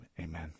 amen